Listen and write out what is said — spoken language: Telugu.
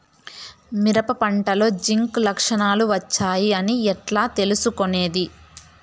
మిరప పంటలో జింక్ లక్షణాలు వచ్చాయి అని ఎట్లా తెలుసుకొనేది?